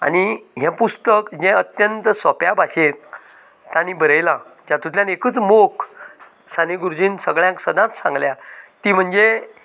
आनी हे पुस्तक जे अत्यंत सोप्या भाशेंत तांणी बरयलां जातूंतल्यान एकच मोख साने गुरुजीन सगळ्यांक सदांच सांगल्या ती म्हणजे